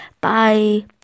bye